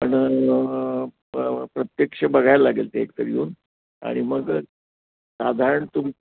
पण प्रत्यक्ष बघायला लागेल ते एक तर येऊन आणि मग साधारण तुम